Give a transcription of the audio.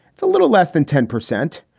it's a little less than ten percent.